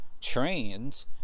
trains